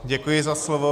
Děkuji za slovo.